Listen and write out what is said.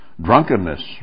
Drunkenness